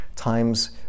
Times